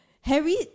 Harry